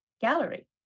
gallery